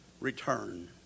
return